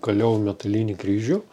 kaliau metalinį kryžių